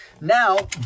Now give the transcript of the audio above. Now